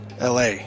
LA